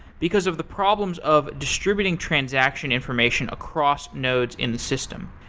because of the problems of distributing transaction information across nodes in the system.